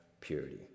purity